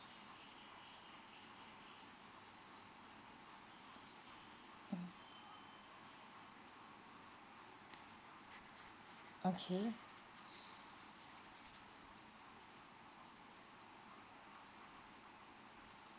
okay